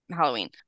Halloween